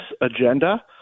agenda